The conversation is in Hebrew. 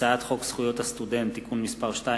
הצעת חוק הביטוח הלאומי (תיקון מס' 118)